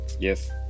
Yes